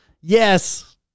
Yes